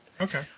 Okay